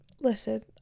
Listen